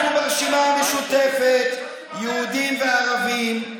אנחנו ברשימה המשותפת יהודים וערבים,